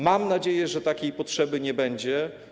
Mam nadzieję, że takiej potrzeby nie będzie.